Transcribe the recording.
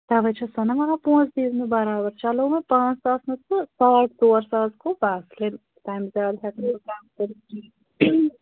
توے چھَسو نہ ونان پونٛسہٕ دِیو مےٚ برابر چلو وۄنۍ پانژھ ساس نہٕ تہٕ ساڈٕ ژوٗر ساس گوٚو بس تمہِ زیادٕ ہیکہٕ نہٕ بہٕ کم کٔرتھ کِہیٖنۍ